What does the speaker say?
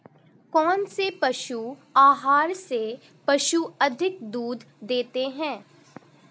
कौनसे पशु आहार से पशु अधिक दूध देते हैं?